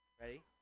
Ready